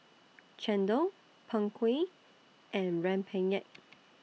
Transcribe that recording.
Chendol Png Kueh and Rempeyek